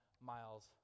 miles